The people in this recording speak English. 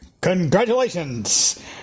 Congratulations